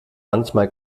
manchmal